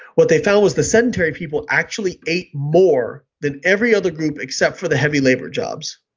what they found was the sedentary people actually ate more than every other group except for the heavy labor jobs.